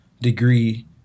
degree